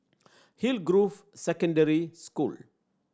Hillgrove Secondary School